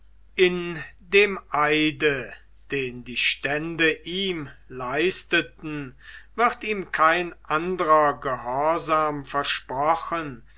in dem eide den die stände ihm leisteten wird ihm kein anderer gehorsam versprochen